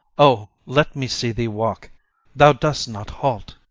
o! let me see thee walk thou dost not halt.